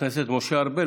חבר הכנסת משה ארבל,